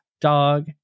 dog